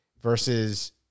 versus